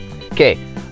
okay